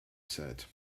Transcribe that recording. said